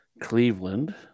Cleveland